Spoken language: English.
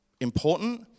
important